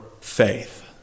faith